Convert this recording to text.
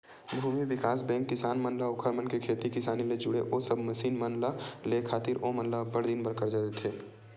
भूमि बिकास बेंक किसान मन ला ओखर मन के खेती किसानी ले जुड़े ओ सब मसीन मन ल लेय खातिर ओमन ल अब्बड़ दिन बर करजा देथे